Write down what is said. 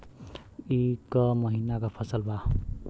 ई क महिना क फसल बा?